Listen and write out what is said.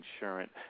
insurance